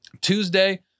tuesday